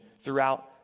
throughout